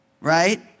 right